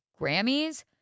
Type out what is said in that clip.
Grammys